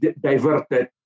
diverted